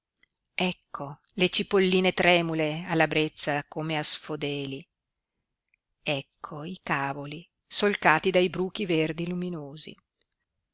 ecco le cipolline tremule alla brezza come asfodeli ecco i cavoli solcati dai bruchi verdi luminosi